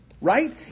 Right